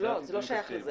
לא שייך.